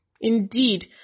Indeed